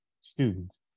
students